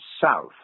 south